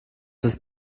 ist